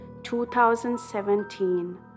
2017